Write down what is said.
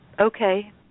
okay